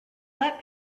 let